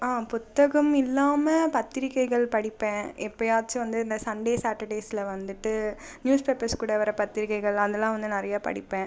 புத்தகம் இல்லாமல் பத்திரிக்கைகள் படிப்பேன் எப்போயாச்சும் வந்து இந்த சண்டே சாட்டர்டேஸில் வந்துட்டு நியூஸ்பேப்பர்ஸ் கூட வர பத்திரிக்கைகள் அதெல்லாம் வந்து நிறைய படிப்பேன்